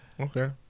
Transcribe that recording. Okay